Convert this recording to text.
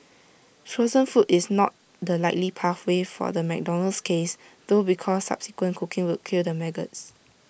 frozen food is not the likely pathway for the McDonald's case though because subsequent cooking would kill the maggots